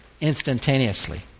instantaneously